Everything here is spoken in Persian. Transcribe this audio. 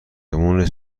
مونس